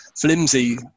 flimsy